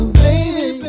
baby